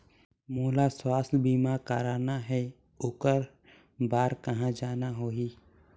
मोला स्वास्थ बीमा कराना हे ओकर बार कहा जाना होही?